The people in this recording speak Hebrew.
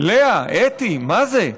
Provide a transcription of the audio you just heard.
לאה, אתי, מה זה?